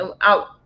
out